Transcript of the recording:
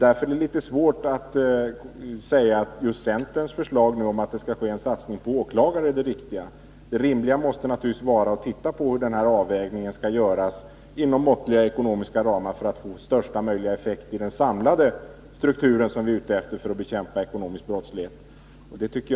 Därför är det litet svårt att säga om det riktiga är just centerns förslag om att det skall ske en satsning på åklagarväsendet. Det rimliga måste naturligtvis vara att man ser på hur denna avvägning skall göras för att man inom måttliga ekonomiska ramar skall få största möjliga effekt i den samlade strukturen för att bekämpa ekonomisk brottslighet som vi är ute efter.